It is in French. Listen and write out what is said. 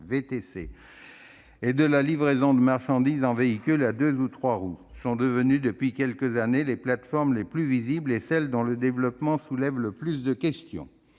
et de la livraison de marchandises au moyen d'un véhicule à deux ou trois roues. Elles sont devenues, depuis quelques années, les plateformes les plus visibles et celles dont le développement soulève le plus de questions.